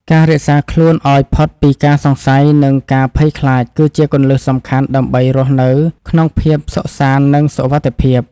ការរក្សាខ្លួនឱ្យផុតពីការសង្ស័យនិងការភ័យខ្លាចគឺជាគន្លឹះសំខាន់ដើម្បីរស់នៅក្នុងភាពសុខសាន្តនិងសុវត្ថិភាព។